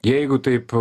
jeigu taip